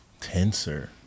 Tensor